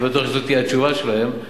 אני בטוח שזו תהיה התשובה שלהם,